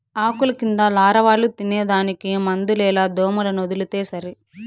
ఆకుల కింద లారవాలు తినేదానికి మందులేల దోమలనొదిలితే సరి